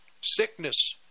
sickness